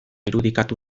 irudikatu